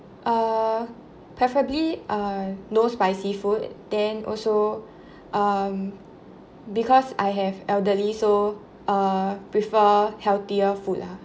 err preferably uh no spicy food then also um because I have elderly so err prefer healthier food lah